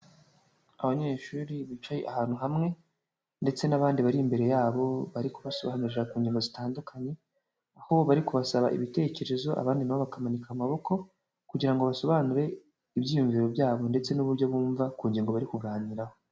Abanyeshuri bicaye ahantu hamwe ndetse n'abandi bari imbere yabo bari kubasobanurira ku ngingo zitandukanye, aho bari kubasaba ibitekerezo abandi nabo bakamanika amaboko kugira ngo basobanure ibyiyumviro byabo ndetse n'uburyo bumva kungingo bari kuganiraho.